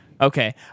Okay